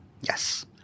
yes